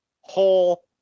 whole